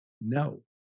No